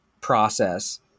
process